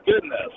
goodness